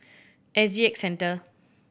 S G X Centre